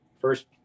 first